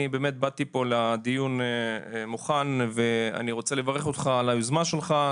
אני באמת באתי לפה לדיון מוכן ואני רוצה לברך אותך על היוזמה שלך,